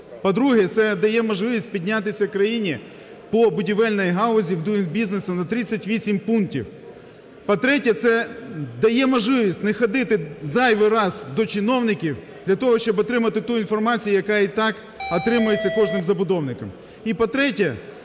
По-друге, це дає можливість піднятися країні по будівельній галузі в Doing Business на 38 пунктів. По-третє, це дає можливість не ходити зайвий раз до чиновників для того, щоб отримати ту інформацію, яка і так отримується кожним забудовником.